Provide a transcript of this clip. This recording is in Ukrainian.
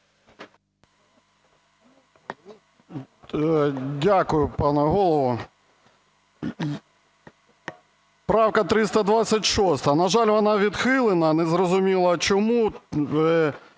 Дякую, пане Голово. Правка 326, на жаль, вона відхилена незрозуміло чому.